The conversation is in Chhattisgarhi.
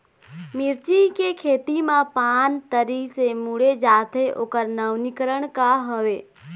मिर्ची के खेती मा पान तरी से मुड़े जाथे ओकर नवीनीकरण का हवे?